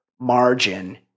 margin